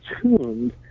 tuned